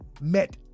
met